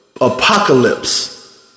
apocalypse